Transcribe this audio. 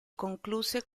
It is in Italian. concluse